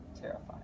terrifying